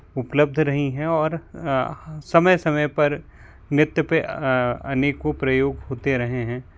उपलब्ध रही हैं और समय समय पर नृत्य पर अनेकों प्रयोग होते रहे हैं